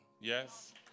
Yes